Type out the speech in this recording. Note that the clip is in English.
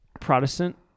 Protestant